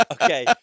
Okay